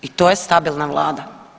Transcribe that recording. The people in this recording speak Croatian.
I to je stabilna vlada?